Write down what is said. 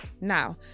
Now